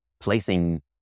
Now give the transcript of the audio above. placing